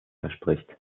verspricht